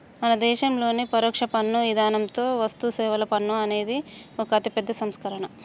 మన దేసంలోని పరొక్ష పన్ను ఇధానంతో వస్తుసేవల పన్ను అనేది ఒక అతిపెద్ద సంస్కరణ